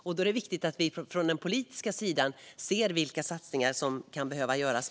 Det är viktigt att vi från den politiska sidan ser vilka satsningar som kan behöva göras.